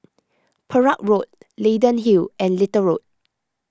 Perak Road Leyden Hill and Little Road